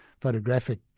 photographic